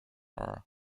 her